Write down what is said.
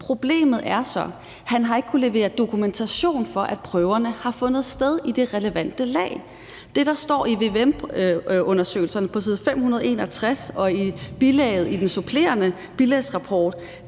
Problemet er så, at han ikke har kunnet levere dokumentation for, at prøverne har fundet sted i det relevante lag. Det, der står i vvm-undersøgelsen på side 561 og i bilaget i den supplerende bilagsrapport,